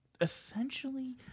essentially